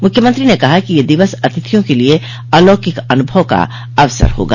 मुख्यमंत्री ने कहा कि यह दिवस अतिथियों के लिये अलौकिक अनुभव का अवसर होगा